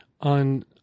on